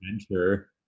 *Adventure*